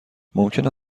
ممکن